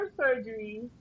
surgery